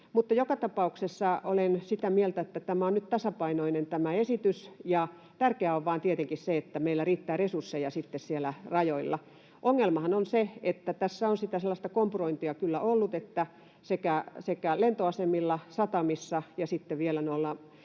Joka tapauksessa olen sitä mieltä, että tämä esitys on nyt tasapainoinen, ja tärkeää on tietenkin se, että meillä riittää resursseja sitten siellä rajoilla. Ongelmahan on se, että tässä on sitä sellaista kompurointia kyllä ollut, sekä lentoasemilla, satamissa että sitten vielä